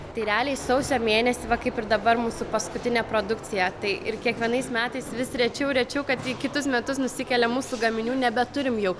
tai realiai sausio mėnesį va kaip ir dabar mūsų paskutinė produkcija tai ir kiekvienais metais vis rečiau rečiau kad į kitus metus nusikelia mūsų gaminių nebeturim jau